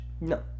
No